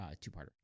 two-parter